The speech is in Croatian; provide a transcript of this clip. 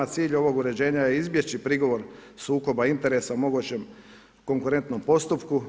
Cilj ovog uređenja je izbjeći prigovor sukoba interesa mogućem konkurentnom postupku.